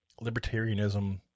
libertarianism